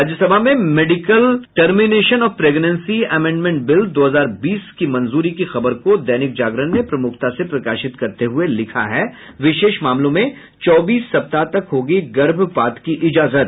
राज्य सभा में medical termination of pregnancy amendment bill दो हजार बीस की मंजूरी की खबर को दैनिक जागरण ने प्रमुखता से प्रकाशित करते हुये लिखा है विशेष मामलों में चौबीस सप्ताह तक होगी गर्भपात की इजाजत